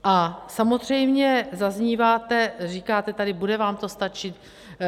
A samozřejmě zaznívá tu, říkáte tady: bude vám to stačit?